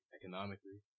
economically